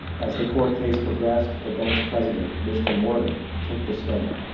as the court case progressed, the bank's president mr. morgan took the stand.